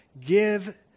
give